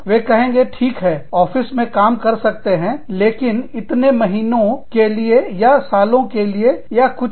वे कहेंगे ठीक है ऑफिस में काम कर सकते हैंइतने महीनों के लिए या सालों के लिए या कुछ भी